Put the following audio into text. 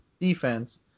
Defense